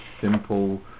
simple